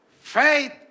Faith